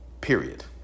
Period